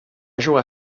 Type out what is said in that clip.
jugar